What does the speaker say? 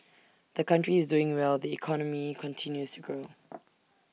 the country is doing well the economy continues grow